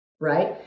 right